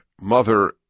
mother